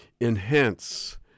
enhance